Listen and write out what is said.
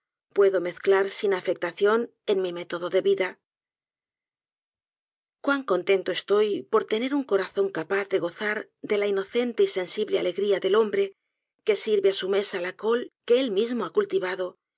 puedo mezclar sin afectación en mi método de vida cuan contento estoy por tener un corazón capaz de gozar de la inocente y sensible alegría del hombre que sirve á su mésala col que él mismo ha cultivado